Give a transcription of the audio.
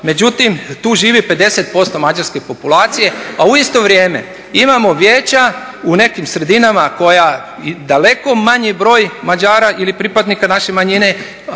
Međutim, tu živi 50% mađarske populacije, a u isto vrijeme imamo vijeća u nekim sredinama u kojima je daleko manji broj Mađara ili pripadnika naše manjine